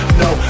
no